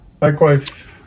likewise